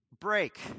break